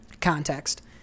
context